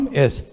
yes